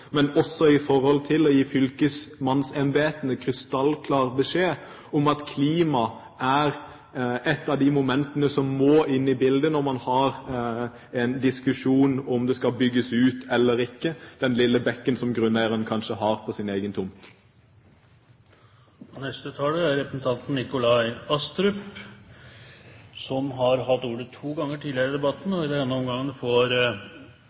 å gi fylkesmannsembetene krystallklar beskjed om at klima er ett av de momentene som må inn i bildet når man har en diskusjon om den skal bygges ut eller ikke, den lille bekken som grunneieren kanskje har på sin egen tomt. Nikolai Astrup har hatt ordet to ganger tidligere i debatten og får